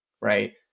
Right